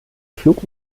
flug